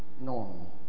normal